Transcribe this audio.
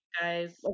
guys